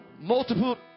Multiple